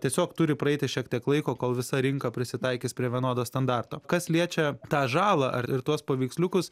tiesiog turi praeiti šiek tiek laiko kol visa rinka prisitaikys prie vienodo standarto kas liečia tą žalą ar ir tuos paveiksliukus